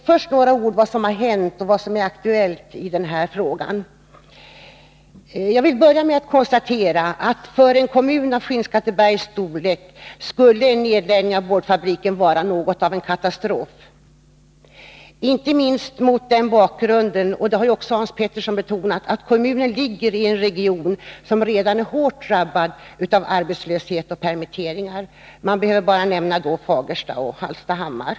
Först några ord om vad som är aktuellt och om vad som har hänt i frågan. Jag vill börja med att konstatera att i en kommun av Skinnskattebergs storlek skulle en nedläggning av boardfabriken vara något av en katastrof, inte minst mot den bakgrunden — vilket också Hans Petersson i Hallstahammar har betonat — att kommunen ligger i en region som redan är hårt drabbad av arbetslöshet och permitteringar. Jag behöver bara nämna Fagersta och Hallstahammar.